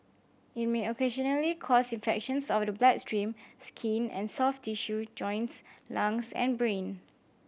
it may occasionally cause infections of the bloodstream skin and soft tissue joints lungs and brain